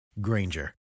Granger